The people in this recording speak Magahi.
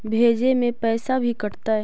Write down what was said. भेजे में पैसा भी कटतै?